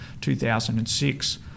2006